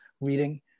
reading